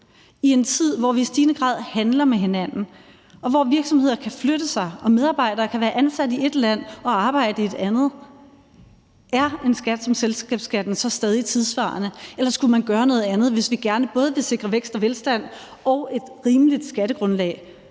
I en tid, hvor vi i stigende grad handler med hinanden, og hvor virksomheder kan flytte sig og medarbejdere kan være ansatte i ét land og arbejde i et andet, er en skat som selskabsskatten så stadig tidssvarende, eller skulle man gøre noget andet, hvis vi gerne både vil sikre vækst og velstand og et rimeligt skattegrundlag for f.eks.